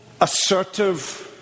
assertive